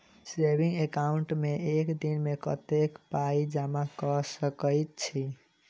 Saving account मे एक दिनमे कतेक पाई जमा कऽ सकैत छी?